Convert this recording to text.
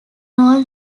all